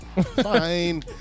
fine